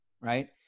right